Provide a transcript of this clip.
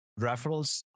referrals